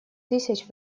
тысяч